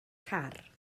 car